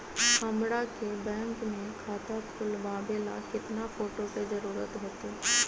हमरा के बैंक में खाता खोलबाबे ला केतना फोटो के जरूरत होतई?